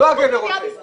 זה בניגוד לחוק.